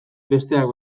besteak